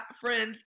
friends